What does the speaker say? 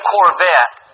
Corvette